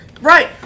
Right